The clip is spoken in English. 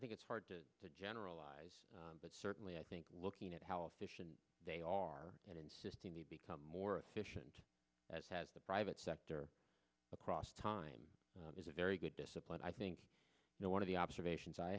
think it's hard to generalize but certainly i think looking at how efficient they are and insisting they become more efficient as has the private sector across time is a very good discipline i think you know one of the observations i